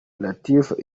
latifah